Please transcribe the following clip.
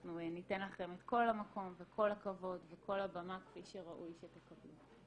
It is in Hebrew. ואנחנו ניתן לכם את כל המקום וכל הכבוד וכל הבמה כפי שראוי שתקבלו.